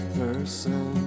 person